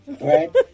right